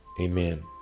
Amen